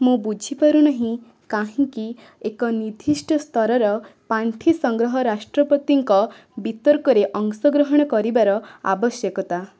ମୁଁ ବୁଝିପାରୁ ନାହିଁ କାହିଁକି ଏକ ନିର୍ଦ୍ଦିଷ୍ଟ ସ୍ତରର ପାଣ୍ଠି ସଂଗ୍ରହ ରାଷ୍ଟ୍ରପତିଙ୍କ ବିତର୍କରେ ଅଂଶଗ୍ରହଣ କରିବାର ଆବଶ୍ୟକତା